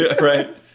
right